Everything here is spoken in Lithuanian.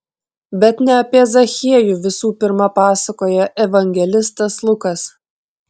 bet ne apie zachiejų visų pirma pasakoja evangelistas lukas